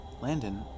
Landon